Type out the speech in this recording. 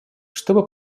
чтобы